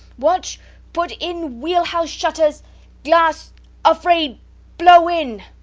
watch put in wheelhouse shutters glass afraid blow in.